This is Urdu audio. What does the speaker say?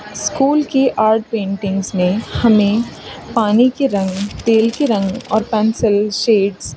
اسکول کی آرٹ پینٹنگس نے ہمیں پانی کے رنگ تیل کے رنگ اور پینسل شیڈس